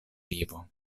vivo